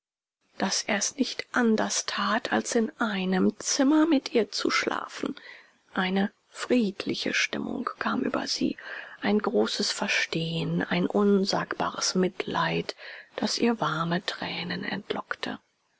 daß er's nicht anders tat als in einem zimmer mit ihr zu schlafen eine friedliche stimmung kam über sie ein großes verstehen ein unsagbares mitleid das ihr warme tränen entlockte